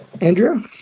Andrew